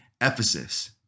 Ephesus